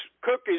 cookies